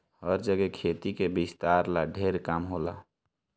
हर जगे खेती के विस्तार ला ढेर काम होता